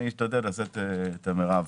אשתדל לעשות את המרב,